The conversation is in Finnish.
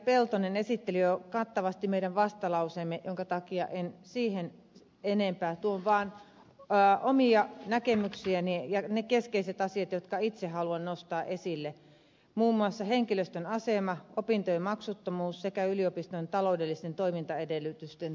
peltonen esitteli jo kattavasti meidän vastalauseemme minkä takia en siihen enempää puutu vaan kerron omia näkemyksiäni ja ne keskeiset asiat jotka itse haluan nostaa esille ja näitä ovat muun muassa henkilöstön asema opintojen maksuttomuus sekä yliopistojen taloudellisten toimintaedellytysten turvaaminen